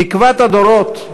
תקוות הדורות,